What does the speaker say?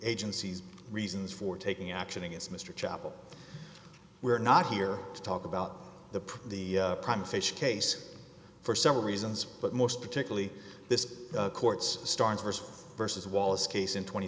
agency's reasons for taking action against mr chappell we're not here to talk about the the prime fish case for several reasons but most particularly this court's start st versus wallace case in tw